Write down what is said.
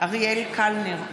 אריאל קלנר,